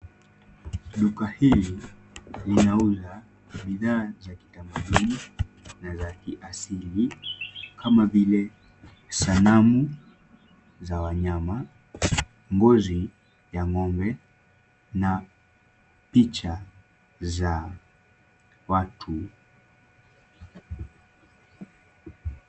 Duka hii inauzabidhaa za kitamaduni na za kiasili kama vile sanamu za wanyama, ngozi ya ng'ombe na picha za watu.